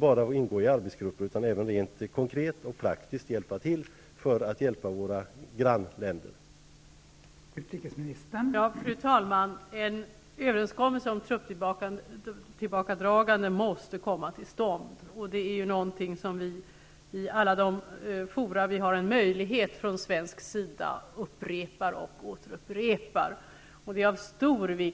Vissa andra yrkesgrupper har ju genom AMS-hjälp kunnat träda in och hjälpa till med